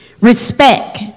respect